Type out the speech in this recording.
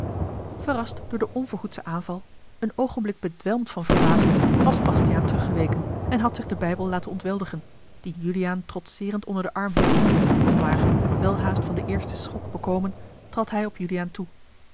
verrast door den onverhoedschen aanval een oogenblik bedwelmd van verbazing was bastiaan teruggeweken en had zich den bijbel laten ontweldigen dien juliaan trotseerend onder den arm hield maar welhaast van den eersten schok bekomen trad hij op juliaan toe